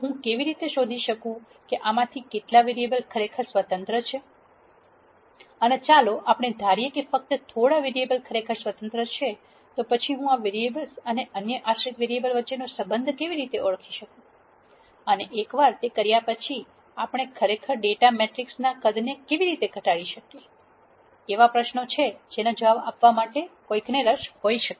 તો હું કેવી રીતે શોધી શકું કે આમાંથી કેટલા વેરીએબલ ખરેખર સ્વતંત્ર છે અને ચાલો આપણે ધારીએ કે ફક્ત થોડા વેરીએબલ ખરેખર સ્વતંત્ર છે તો પછી હું આ વેરીએબલ અને અન્ય આશ્રિત વેરીએબલ વચ્ચેનો સંબંધ કેવી રીતે ઓળખી શકું અને એકવાર તે કર્યા પછી આપણે ખરેખર ડેટા મેટ્રિક્સ નાં કદને કેવી રીતે ઘટાડી શકીએ એવા પ્રશ્નો છે જેનો જવાબ આપવા માટે કોઈને રસ હોઈ શકે